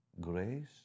Grace